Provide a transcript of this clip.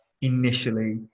initially